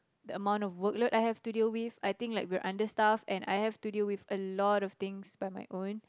the amount of work load I have to deal with I think we're understaffed and I have to deal with a lot of things by my own